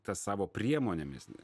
tą savo priemonėmis